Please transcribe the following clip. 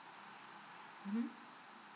mmhmm